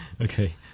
Okay